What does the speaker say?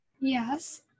yes